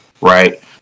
right